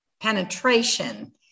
penetration